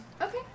Okay